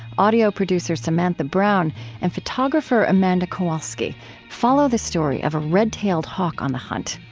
audio producer samantha broun and photographer amanda kowalski follow the story of a red-tailed hawk on the hunt.